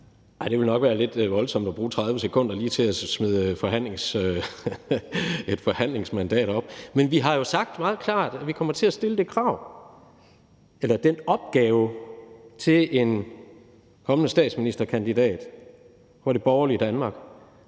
Det ville nok være lidt voldsomt at bruge 30 sekunder på lige at smide et forhandlingsmandat op. Men vi har jo sagt meget klart, at vi kommer til at stille det krav eller den opgave til en kommende statsministerkandidat for det borgerlige Danmark,